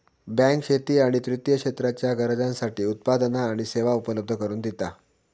bank शेती आणि तृतीय क्षेत्राच्या गरजांसाठी उत्पादना आणि सेवा उपलब्ध करून दिता